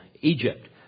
Egypt